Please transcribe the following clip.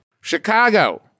Chicago